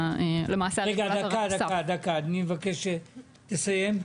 רגע, אני מבקש שתסיים.